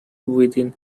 within